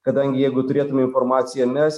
kadangi jeigu turėtume informaciją mes